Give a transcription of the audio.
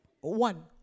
One